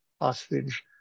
hostage